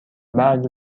بعد